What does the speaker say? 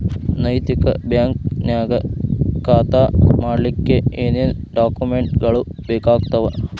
ನೈತಿಕ ಬ್ಯಾಂಕ ನ್ಯಾಗ್ ಖಾತಾ ಮಾಡ್ಲಿಕ್ಕೆ ಏನೇನ್ ಡಾಕುಮೆನ್ಟ್ ಗಳು ಬೇಕಾಗ್ತಾವ?